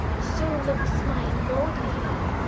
so looks my lordly love,